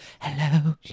Hello